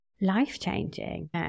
life-changing